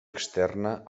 externa